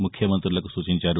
ముఖ్యమంతులకు సూచించారు